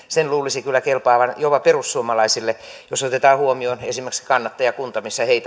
sen luulisi kyllä kelpaavan jopa perussuomalaisille jos otetaan huomioon esimerkiksi se missä kannattajakuntaa